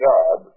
God